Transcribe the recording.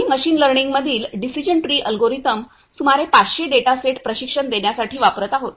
आम्ही machine learning मधील decision tree algorithm सुमारे 500 डेटा सेट प्रशिक्षण देण्यासाठी वापरत आहोत